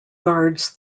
guards